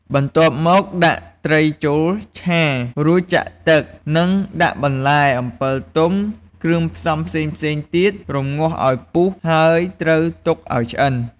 បន្ទាប់មកដាក់ត្រីចូលឆា រួចចាក់ទឹក និងដាក់បន្លែ អំពិលទុំ គ្រឿងផ្សំផ្សេងៗទៀត រម្ងាស់ឱ្យពុះ ហើយត្រូវទុកឱ្យឆ្អិន។